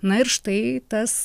na ir štai tas